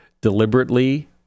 deliberately